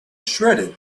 shredded